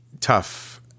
tough